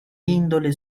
índole